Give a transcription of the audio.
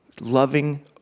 loving